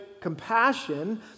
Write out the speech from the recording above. compassion